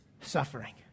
suffering